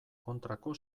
kontrako